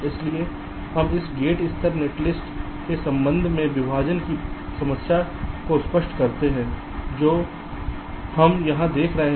इसलिए हम इस गेट स्तरीय नेटलिस्ट के संबंध में विभाजन की समस्या को स्पष्ट करते हैं जो हम यहां देख रहे हैं